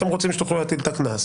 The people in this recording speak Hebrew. אתם רוצים שתוכלו להטיל את הקנס?